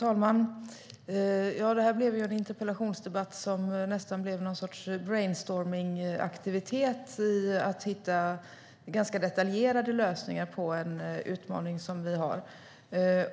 Herr talman! Den här interpellationsdebatten blev nästan en sorts brainstorming för att hitta ganska detaljerade lösningar på den utmaning vi har,